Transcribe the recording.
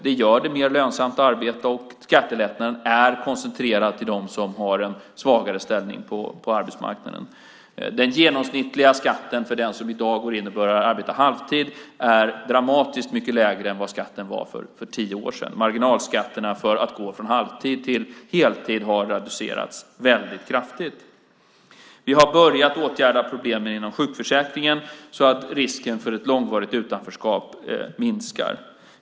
Det gör det mer lönsamt att arbeta, och skattelättnaderna är koncentrerade till dem som har en svagare ställning på arbetsmarknaden. Den genomsnittliga skatten för den som i dag går in och börjar arbeta halvtid är dramatiskt mycket lägre än vad skatten var för tio år sedan. Marginalskatterna för att gå från halvtid till heltid har reducerats väldigt kraftigt. Vi har börjat åtgärda problemen inom sjukförsäkringen så att risken för ett långvarit utanförskap minskas.